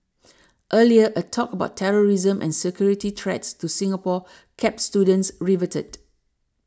earlier a talk about terrorism and security threats to Singapore kept students riveted